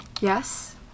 Yes